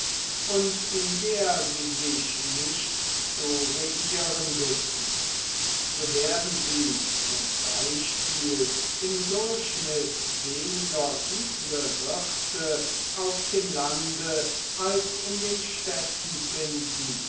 und in der sie sich nicht zu regieren wissen so werden sie zum beispiel im durchschnitt weniger üble wirte auf dem lande als in den städten finden